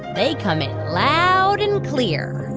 they come in loud and clear